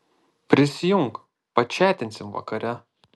prisijunk pačatinsim vakare